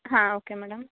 ಹಾಂ okay madam